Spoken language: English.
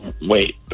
wait